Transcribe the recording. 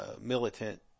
militant